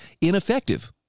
ineffective